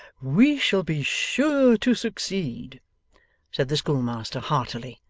we shall be sure to succeed said the schoolmaster, heartily.